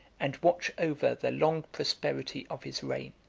and watch over the long prosperity of his reign.